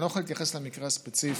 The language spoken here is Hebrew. אני לא יכול להתייחס למקרה הספציפי,